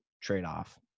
trade-off